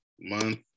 month